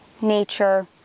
nature